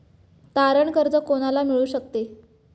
तारण कर्ज कोणाला मिळू शकते?